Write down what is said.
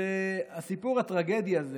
הסיפור הטרגי הזה